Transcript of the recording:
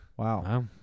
Wow